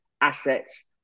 assets